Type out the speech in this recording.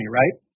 right